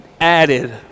added